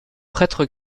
prêtres